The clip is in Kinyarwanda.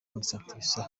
minisante